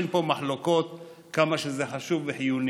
אין פה מחלוקות כמה זה חשוב וחיוני,